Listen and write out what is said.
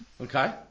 Okay